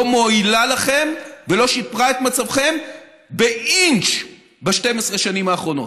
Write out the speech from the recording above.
לא מועילה לכם ולא שיפרה את מצבכם באינץ' ב-12 השנים האחרונות.